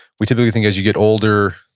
we typically think as you get older,